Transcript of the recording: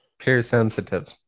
Peer-sensitive